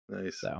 Nice